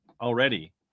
already